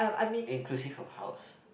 inclusive of house